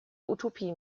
utopie